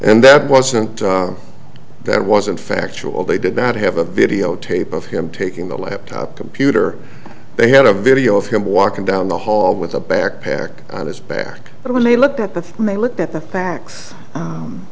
and that wasn't that wasn't factual they did not have a videotape of him taking the laptop computer they had a video of him walking down the hall with a backpack on his back but when they looked at the from a look at the facts